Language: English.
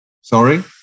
sorry